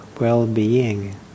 well-being